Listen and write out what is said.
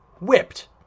whipped